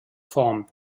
form